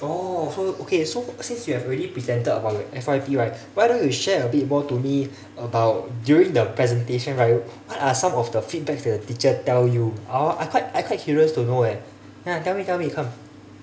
oh so okay so since you have already presented about your F_Y_P right why don't you share a bit more to me about during the presentation right what are some of the feedbacks that your teacher tell you oh I quite I quite curious to know leh ya tell me tell me come